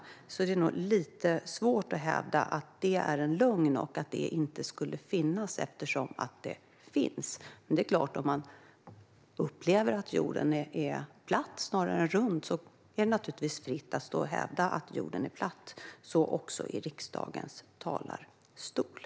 Därför är det nog lite svårt att hävda att det är en lögn och att det inte finns, eftersom det finns. Men upplever man att jorden är platt snarare än rund står det en naturligtvis fritt att hävda att jorden är platt, så också i riksdagens talarstol.